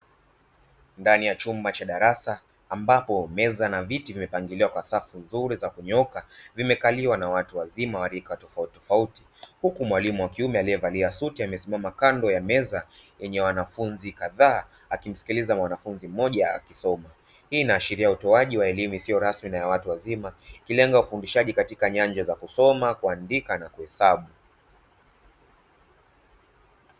Ndani ya chumba cha darasa ambapo meza na viti vimepangiliwa kwa safu nzuri za kunyooka, vimekaliwa na watu wazima walika tofauti tofauti, huku mwalimu wa kiume aliyevalia suti amesimama kando ya meza yenye wanafunzi kadhaa akimsikiliza mwanafunzi mmoja akisoma. Hii inaashiria utoaji wa elimu isiyo rasmi na ya watu wazima ikilenga ufundishaji katika nyanja za kusoma, kuandika na kuhesabu.